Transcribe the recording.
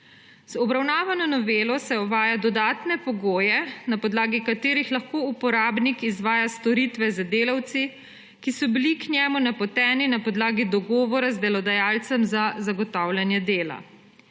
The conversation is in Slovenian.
Z obravnavano novelo se uvaja dodatne pogoje, na podlagi katerih lahko uporabnik izvaja storitve z delavci, ki so bili k njemu napoteni na podlagi dogovora z delodajalcem za zagotavljanje dela.